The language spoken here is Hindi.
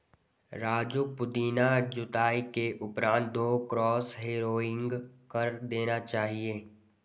राजू पुदीना जुताई के उपरांत दो क्रॉस हैरोइंग कर देना चाहिए